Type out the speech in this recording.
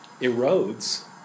erodes